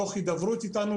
תוך הידברות איתנו,